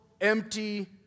empty